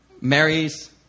marries